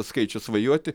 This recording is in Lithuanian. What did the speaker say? skaičius svajoti